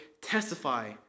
testify